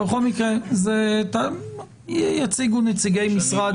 בכל מקרה יציגו נציגי משרד